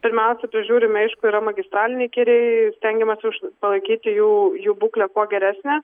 pirmiausia prižiūrimi aišku yra magistraliniai keliai stengiamasi už palaikyti jų jų būklę kuo geresnę